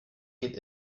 geht